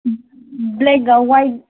ꯕ꯭ꯂꯦꯛꯀ white